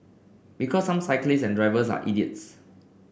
because some cyclists and drivers are idiots